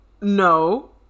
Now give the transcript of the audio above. No